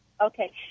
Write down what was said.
Okay